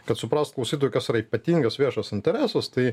kad suprast klausytojui kas yra ypatingas viešas interesas tai